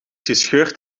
gescheurd